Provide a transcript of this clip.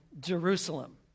Jerusalem